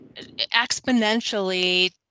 exponentially